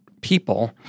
people